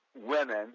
women